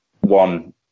one